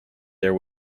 there